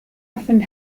often